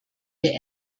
wir